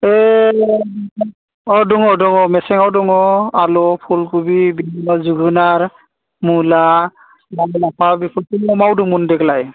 दङ दङ मेसेंआव दङ आलु फुलखबि जोगोनार मुला लाय लाफा बेफोरखौ मावदोंमोन देग्लाय